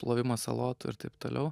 plovimas salotų ir taip toliau